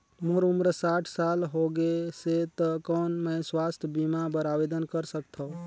मोर उम्र साठ साल हो गे से त कौन मैं स्वास्थ बीमा बर आवेदन कर सकथव?